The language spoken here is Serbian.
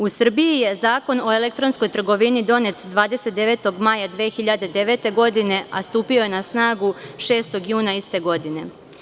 U Srbiji je Zakon o elektronskoj trgovini donet 29. maja 2009. godine, a stupio je na snagu 6. juna iste godine.